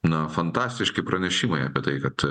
na fantastiški pranešimai apie tai kad